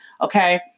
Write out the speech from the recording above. okay